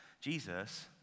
Jesus